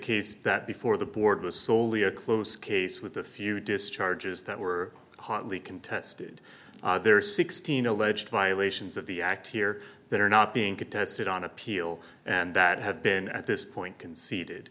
case that before the board was soley a close case with a few discharges that were hotly contested there are sixteen alleged violations of the act here that are not being contested on appeal and that have been at this point conce